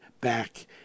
back